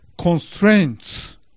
constraints